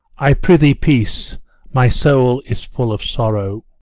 i pr'ythee, peace my soul is full of sorrow.